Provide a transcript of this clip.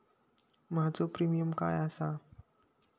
माझो प्रीमियम काय आसा?